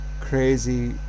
crazy